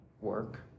work